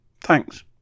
thanks